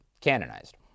canonized